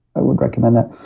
i would recommend that.